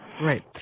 Right